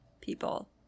people